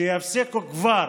שיפסיקו כבר